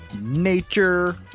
Nature